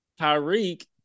Tyreek